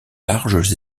larges